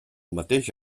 mateix